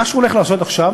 מה שהוא הולך לעשות עכשיו,